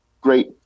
great